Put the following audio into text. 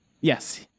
Yes